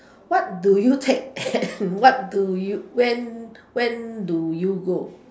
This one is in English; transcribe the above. what do you take what do you when when do you go